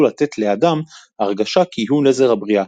לתת לאדם הרגשה כי הוא נזר הבריאה,